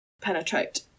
penetrate